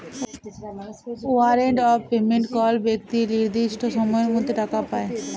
warrant of payment কল বেক্তি লির্দিষ্ট সময়ের মধ্যে টাকা পায়